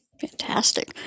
Fantastic